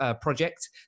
project